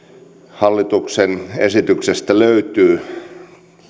hallituksen esityksestä löytyy